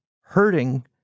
hurting